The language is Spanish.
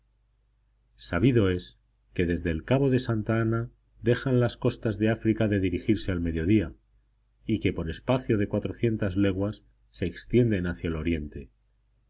sabido es que desde el cabo de santa ana dejan las costas de áfrica de dirigirse al mediodía y que por espacio de cuatrocientas leguas se extienden hacia el oriente